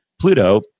Pluto